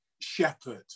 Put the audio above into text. shepherd